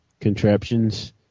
contraptions